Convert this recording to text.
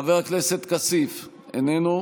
חבר הכנסת כסיף, איננו,